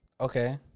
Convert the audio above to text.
Okay